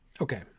Okay